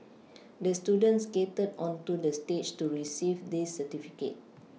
the student skated onto the stage to receive this certificate